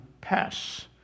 pass